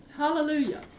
hallelujah